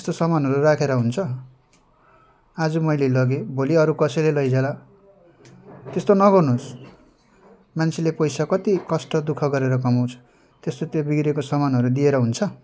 त्यस्तो सामानहरू राखेर हुन्छ आज मैले लगे भोलि अरू कसैले लैजाला त्यस्तो नगर्नु होस् मान्छेले पैसा कति कष्ट दुःख गरेर कमाउँछ त्यस्तो त्यो बिग्रेको सामानहरू दिएर हुन्छ